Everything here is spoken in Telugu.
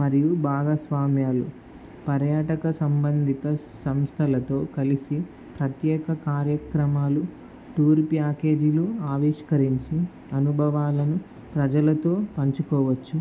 మరియు భాగస్వామ్యాలు పర్యాటక సంబంధిత సంస్థలతో కలిసి ప్రత్యేక కార్యక్రమాలు టూర్ ప్యాకేజీలు ఆవిష్కరించి అనుభవాలను ప్రజలతో పంచుకోవచ్చు